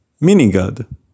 Mini-god